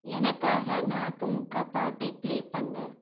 எனக்காக நாக்குமுக்கா பாட்டைப் ப்ளே பண்ணு